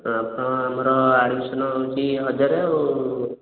ପ୍ରଥମ ଆମର ଆଡ଼୍ମିସନ୍ ହେଉଛି ହଜାରେ ଆଉ